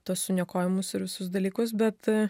tuos suniokojimus ir visus dalykus bet